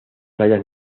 playas